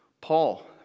Paul